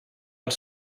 els